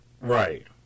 right